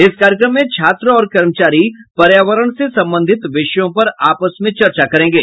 इस कार्यक्रम में छात्र और कर्मचारी पर्यावरण से संबंधित विषयों पर आपस में चर्चा करेंगे